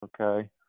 Okay